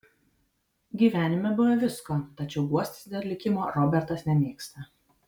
gyvenime buvę visko tačiau guostis dėl likimo robertas nemėgsta